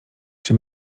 czy